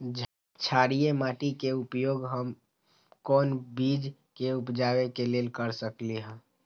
क्षारिये माटी के उपयोग हम कोन बीज के उपजाबे के लेल कर सकली ह?